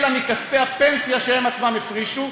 אלא מכספי הפנסיה שהם עצמם הפרישו,